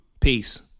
Peace